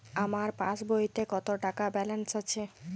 আমার পাসবইতে কত টাকা ব্যালান্স আছে?